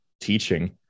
teaching